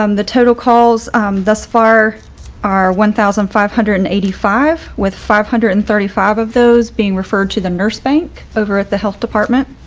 um the total calls thus far are one thousand five hundred and eighty five with five hundred and thirty five of those being referred to the nurse bank over at the health department